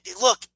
look